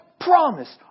promise